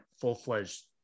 full-fledged